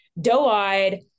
doe-eyed